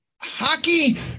hockey